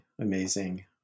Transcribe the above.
amazing